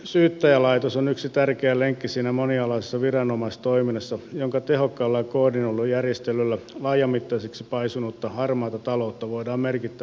syyttäjälaitos on yksi tärkeä lenkki siinä monialaisessa viranomaistoiminnassa jonka tehokkaalla ja koordinoidulla järjestelyllä laajamittaiseksi paisunutta harmaata taloutta voidaan merkittävästi karsia